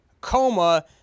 coma